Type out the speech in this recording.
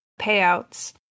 payouts